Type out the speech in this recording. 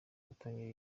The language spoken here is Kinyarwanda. gutangira